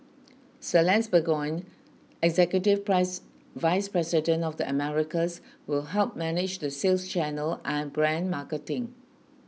Celeste Burgoyne executive vice president of the Americas will help manage the sales channel and brand marketing